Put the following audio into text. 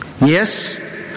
Yes